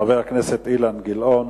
חבר הכנסת אילן גילאון.